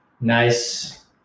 Nice